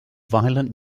violent